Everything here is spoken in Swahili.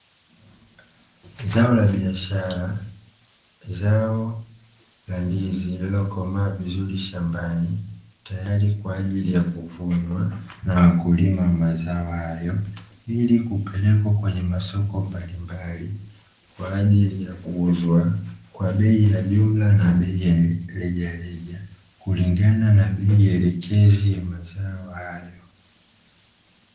Zao la biashara, zao la ndizi lililokomaa vizuri shambani tayari kwa ajili ya kuvunwa na wakulima wa mazao hayo, ili kupelekwa kwenye masoko mbalimbali kwa ajili ya kuuzwa kwa bei ya jumla na bei ya rejareja, kulingana na bei elekezi ya mazao hayo.